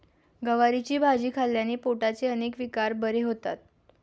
गवारीची भाजी खाल्ल्याने पोटाचे अनेक विकार बरे होतात